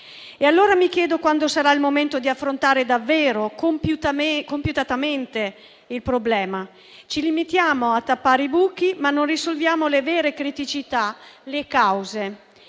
E allora mi chiedo quando sarà il momento di affrontare davvero e compiutamente il problema. Ci limitiamo a tappare i buchi, ma non risolviamo le vere criticità, le cause.